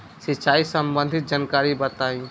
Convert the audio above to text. सिंचाई संबंधित जानकारी बताई?